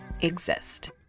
exist